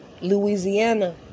Louisiana